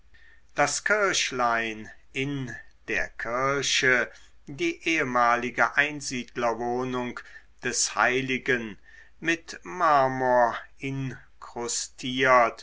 das kirchlein in der kirche die ehmalige einsiedlerwohnung des heiligen mit marmor